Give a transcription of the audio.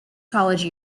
college